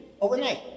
overnight